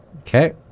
Okay